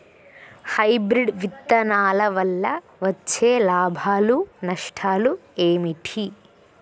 Hybrid విత్తనాల వల్ల వచ్చే లాభాలు నష్టాలు ఏమిటి?